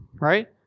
right